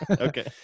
Okay